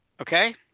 Okay